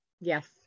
Yes